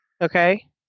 okay